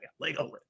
lego